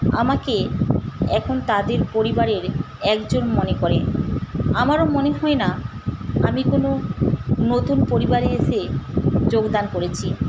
আমাকে এখন তাদের পরিবারের একজন মনে করে আমারও মনে হয় না আমি কোনো নতুন পরিবারে এসে যোগদান করেছি